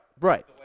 Right